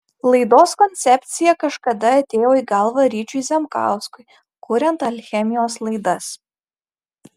laidos koncepcija kažkada atėjo į galvą ryčiui zemkauskui kuriant alchemijos laidas